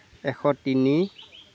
এশ তিনি